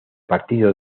partido